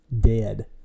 dead